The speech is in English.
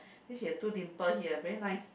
then she has two dimple here very nice